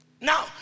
Now